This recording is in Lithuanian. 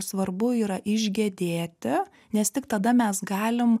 svarbu yra išgedėti nes tik tada mes galim